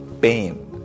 pain